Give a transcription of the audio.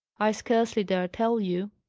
i scarcely dare tell you.